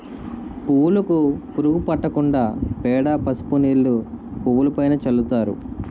పువ్వులుకు పురుగు పట్టకుండా పేడ, పసుపు నీళ్లు పువ్వులుపైన చల్లుతారు